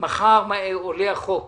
שמחר עולה החוק